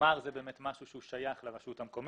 שהגמר יהיה משהו ששייך לרשות המקומית,